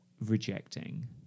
rejecting